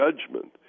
judgment